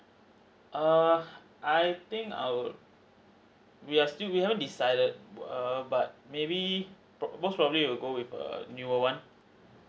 err I think I will we are still we haven't decided err but maybe pro~ most probably will go with a newer one